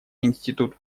институт